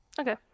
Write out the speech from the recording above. Okay